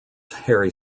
harry